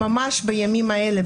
ממש בימים אלה,